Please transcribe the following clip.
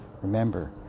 remember